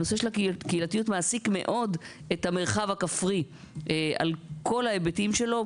הנושא של קהילתיות מעסיק מאוד את המרחב הכפרי על כל ההיבטים שלו,